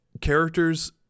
Characters